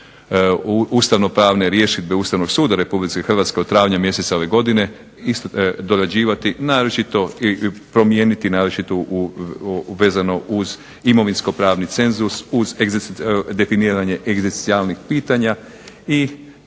ustavnopravne rješidbe Ustavnog suda u Republici Hrvatskoj od travnja mjeseca ove godine dorađivati naročito, promijeniti naročito vezano uz imovinsko-pravni cenzus, uz definiranje egzistencijalnih pitanja, i